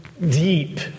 deep